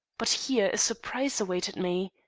but here a surprise awaited me.